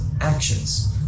actions